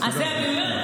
בסדר?